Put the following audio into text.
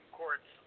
courts